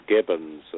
Gibbons